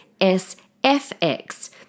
S-F-X